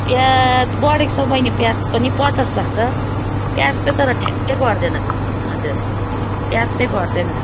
प्याज बढेको छ हौ बहिनी प्याज पनि पचास भएको छ प्याज चाहिँ तर ठ्याक्कै घट्दैन हजुर प्याज चाहिँ घट्दैन